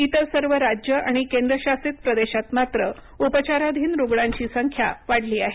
इतर सर्व राज्य आणि केंद्रशासित प्रदेशांत मात्र उपचाराधीन रुग्णांची संख्या वाढली आहे